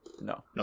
No